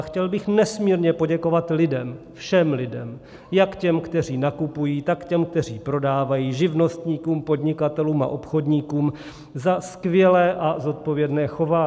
Chtěl bych nesmírně poděkovat lidem, všem lidem, jak těm, kteří nakupují, tak těm, kteří prodávají, živnostníkům, podnikatelům a obchodníkům za skvělé a zodpovědné chování.